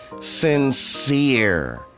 Sincere